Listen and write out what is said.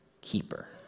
keeper